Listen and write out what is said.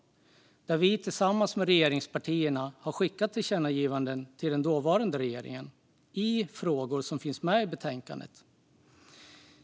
Vi har tillsammans med regeringspartierna skickat tillkännagivanden till den dåvarande regeringen i frågor som finns med i betänkandet.